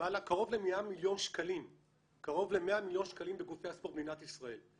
קרוב ל-100 מיליון שקלים בגופי הספורט במדינת ישראל,